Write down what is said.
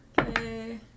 Okay